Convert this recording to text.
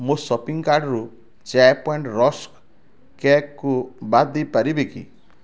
ମୋ ସପିଂ କାର୍ଡ଼ରୁ ଚ୍ୟାକ୍ ପଏଣ୍ଟ୍ ରସ୍ କେକ୍କୁ ବାଦ ଦେଇପାରିବେ କି